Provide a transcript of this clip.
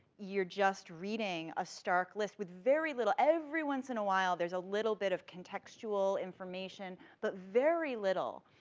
you're just reading a stark list, with very little, every once in awhile, there's a little bit of contextual information, but very little,